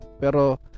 Pero